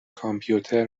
کامپیوتر